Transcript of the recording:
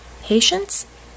Patience